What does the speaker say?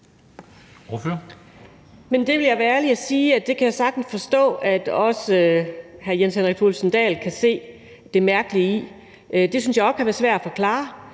Jeg vil være ærlig og sige, at det kan jeg sagtens forstå, altså at også hr. Jens Henrik Thulesen Dahl kan se det mærkelige i det. Det synes jeg også kan være svært at forklare,